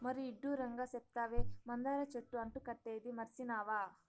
మరీ ఇడ్డూరంగా సెప్తావే, మందార చెట్టు అంటు కట్టేదీ మర్సినావా